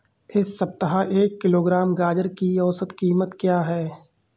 इस सप्ताह एक किलोग्राम गाजर की औसत कीमत क्या है?